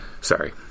Sorry